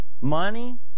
money